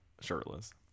Shirtless